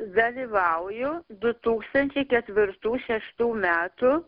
dalyvauju du tūkstančiai ketvirtų šeštų metų